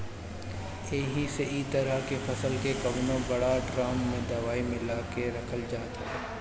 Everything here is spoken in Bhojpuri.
एही से इ तरह के फसल के कवनो बड़ ड्राम में दवाई मिला के रखल जात हवे